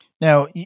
now